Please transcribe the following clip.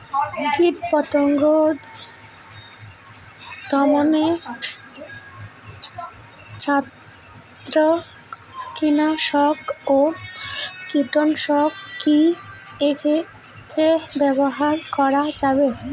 কীটপতঙ্গ দমনে ছত্রাকনাশক ও কীটনাশক কী একত্রে ব্যবহার করা যাবে?